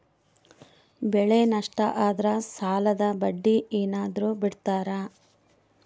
ಬೆಳೆ ನಷ್ಟ ಆದ್ರ ಸಾಲದ ಬಡ್ಡಿ ಏನಾದ್ರು ಬಿಡ್ತಿರಾ?